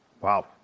Wow